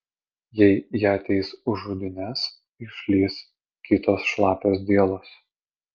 jei ją teis už žudynes išlįs kitos šlapios dielos